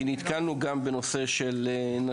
כי נתקלנו גם בנושא של נשים.